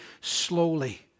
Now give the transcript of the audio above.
slowly